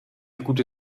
gute